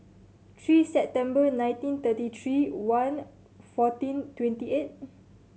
three September nineteen thirty three one fourteen twenty eight